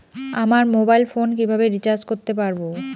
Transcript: আমার mobile phone কিভাবে recharge করতে পারব?